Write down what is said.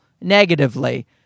negatively